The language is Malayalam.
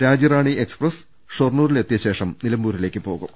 രാജ്യറാണി എക്സ്പ്രസ് ഷൊർണൂരിലെത്തിയ ശേഷം നില മ്പൂരിലേക്ക് പോകും